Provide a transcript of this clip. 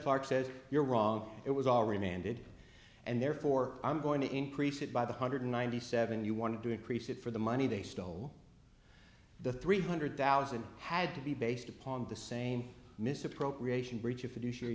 clark says you're wrong it was all remanded and therefore i'm going to increase it by the hundred ninety seven you want to do increase it for the money they stole the three hundred thousand had to be based upon the same misappropriation breach of